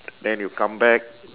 then you come back